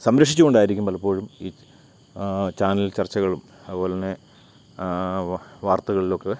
സംരക്ഷിച്ചുകൊണ്ടായിരിക്കും പലപ്പോഴും ഈ ചാനൽ ചർച്ചകളും അതുപോലത്തന്നെ വാർത്തകളിലൊക്കെ